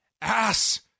Ass